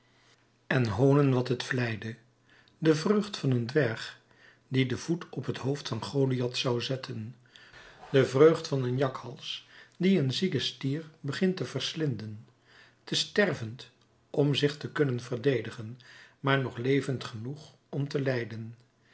en hoonen wat het vleide de vreugd van een dwerg die den voet op t hoofd van goliath zou zetten de vreugd van een jakhals die een zieken stier begint te verslinden te stervend om zich te kunnen verdedigen maar nog levend genoeg om te lijden